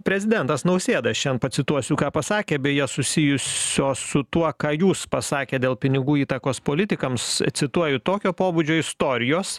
prezidentas nausėda šian pacituosiu ką pasakė beje susijusio su tuo ką jūs pasakėt dėl pinigų įtakos politikams cituoju tokio pobūdžio istorijos